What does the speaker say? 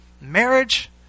Marriage